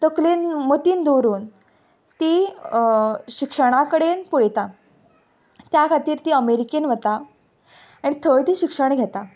तकलेन मतीन दवरून ती शिक्षणा कडेन पळयता त्या खातीर ती अमेरिकेन वता आणी थंय ती शिक्षण घेता